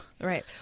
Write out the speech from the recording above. Right